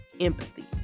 empathy